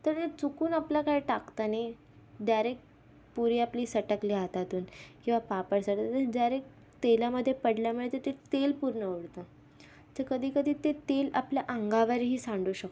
तर ते चुकून आपल्या काही टाकताना डायरेक पुरी आपली सटकली हातातून किंवा पापड सटकलं तर डायरेक तेलामध्ये पडल्यामुळे ते तेल पूर्ण उडतं तर कधी कधी ते तेल आपल्या अंगावरही सांडू शकतं